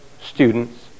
students